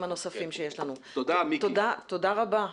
תודה רבה.